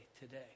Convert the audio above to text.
today